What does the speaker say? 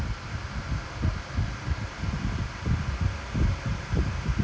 I mean it's a lot but it's also a tedious process it's not like straight forward but still